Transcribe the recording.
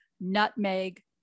nutmeg